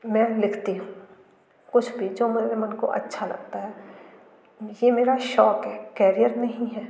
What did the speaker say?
मैं लिखती हूँ कुछ भी जो मेरे मन को अच्छा लगता है ये मेरा शौक़ है कैरियर नहीं है